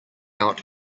out